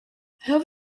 hope